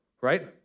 right